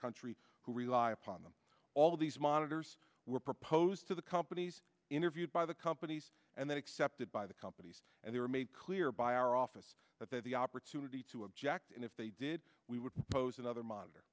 country who rely upon them all these monitors were proposed to the companies interviewed by the companies and then accepted by the companies and they were made clear by our office that they are the opportunity to object and if they did we would pose another monitor